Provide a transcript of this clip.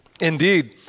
Indeed